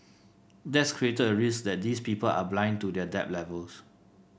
that's created a risk that these people are blind to their debt levels